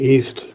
East